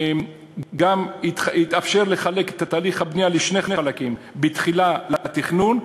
גם התאפשר לחלק את תהליך הבנייה לשני חלקים: בתחילה לתכנון,